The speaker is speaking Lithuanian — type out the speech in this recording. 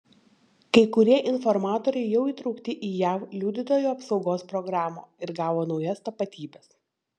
kai kurie informatoriai jau įtraukti į jav liudytojų apsaugos programą ir gavo naujas tapatybes